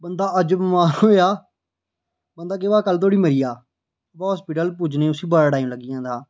बंदा अज्ज बमार होएआ केह् पता कल्ल धोड़ी मरी जा बा हॉस्पिटल पुज्जने ताईं उसी बड़ा टाइम लग्गी जंदा हा